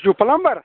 تُہۍ چھُو پٕلَمبَر